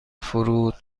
فرود